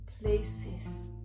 places